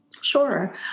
Sure